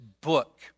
book